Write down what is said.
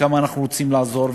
כמה אנחנו רוצים לעזור,